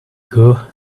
ago